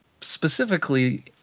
specifically